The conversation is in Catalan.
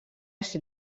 ser